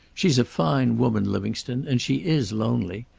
she's a fine woman, livingstone, and she is lonely.